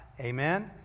Amen